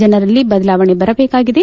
ಜನರಲ್ಲಿ ಬದಲಾವಣೆ ಬರಬೇಕಾಗಿದೆ